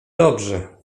dobrzy